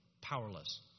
powerless